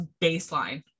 baseline